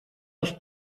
els